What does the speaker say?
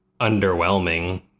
underwhelming